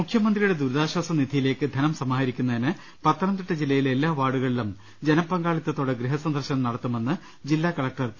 മുഖ്യമന്ത്രിയുടെ ദുരിതാശ്വാസനിധിയിലേക്ക് ധനം സമാഹരിക്കു ന്നതിന് പത്തനംതിട്ട ജില്ലയിലെ എല്ലാ വാർഡുകളിലും ജനപങ്കാളിത്ത്തോടെ ഗൃഹസന്ദർശനം നടത്തുമെന്ന് ജില്ലാ കലക്ടർ പി